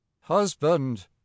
husband